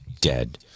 dead